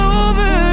over